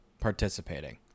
participating